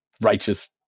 righteous